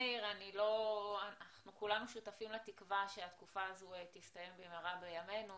אנחנו כולנו שותפים לתקווה שהתקופה הזו תסתיים במהרה בימינו.